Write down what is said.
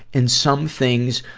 and some things,